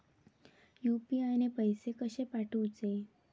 UPI ने पैशे कशे पाठवूचे?